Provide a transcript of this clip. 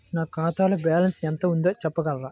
నా ఖాతాలో బ్యాలన్స్ ఎంత ఉంది చెప్పగలరా?